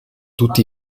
tutti